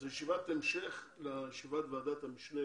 זו ישיבת המשך לישיבת ועדת המשנה